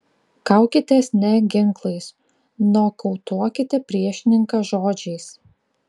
kaukitės ne ginklais nokautuokite priešininką žodžiais